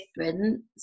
difference